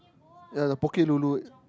ya the Poke-Lulu